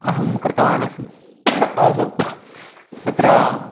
अहं कृतवान् अस्मि आसं तत्र